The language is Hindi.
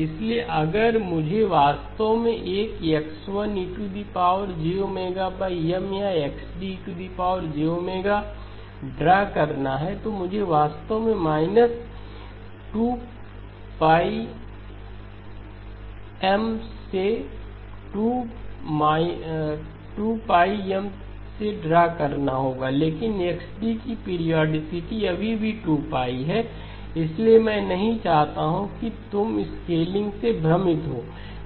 इसलिए अगर मुझे वास्तव में एक X1 ejM या XD ड्रा करना है तो मुझे वास्तव में −M2 π ¿M 2π से ड्रा करना होगा लेकिन XD की पीरियोडीसिटी अभी भी 2 है इसीलिए मैं नहीं चाहता था कि तुम स्केलिंग से भ्रमित हो